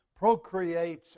procreates